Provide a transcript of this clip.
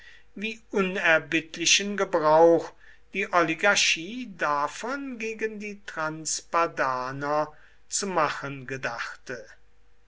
wie unerbittlichen gebrauch die oligarchie davon gegen die transpadaner zu machen gedachte